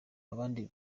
abandi